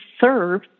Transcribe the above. serve